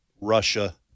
Russia